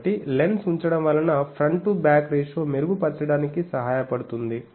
కాబట్టి లెన్స్ ఉంచడం వలన ఫ్రంట్ టు బ్యాక్ రేషియో మెరుగుపర్చడానికి సహాయపడుతుంది